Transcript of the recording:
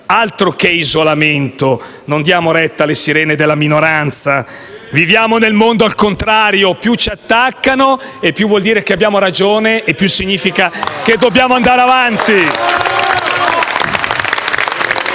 Altro che isolamento! Non diamo retta alle sirene della minoranza. Viviamo nel mondo al contrario: più ci attaccano, più vuol dire che abbiamo ragione e dobbiamo andare avanti.